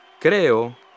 Creo